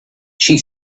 she